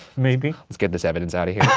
maybe? let's get this evidence outta here.